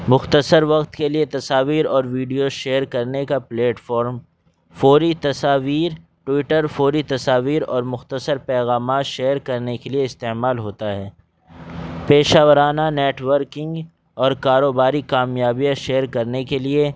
مختصر وقت کے لیے تصاویر اور ویڈیو شیئر کرنے کا پلیٹفارم فوری تصاویر ٹوئٹر فوری تصاویر اور مختصر پیغامات شیئر کرنے کے لیے استعمال ہوتا ہے پیشہ وارانہ نیٹورکنگ اور کاروباری کامیابیاں شیئر کرنے کے لیے